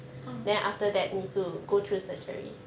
ah